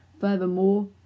Furthermore